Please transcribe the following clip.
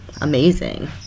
Amazing